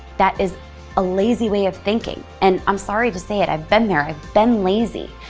that is a lazy way of thinking, and i'm sorry to say it, i've been there. i've been lazy,